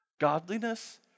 Godliness